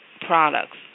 products